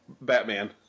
Batman